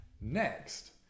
next